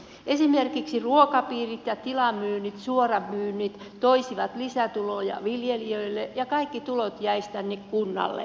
esimerkiksi ruokapiirit ja tilamyynnit suoramyynnit toisivat lisätuloja viljelijöille ja kaikki tulot jäisivät kunnalle